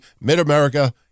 Mid-America